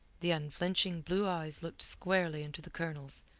the unflinching blue eyes looked squarely into the colonel's,